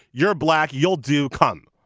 you're black. you'll do. come.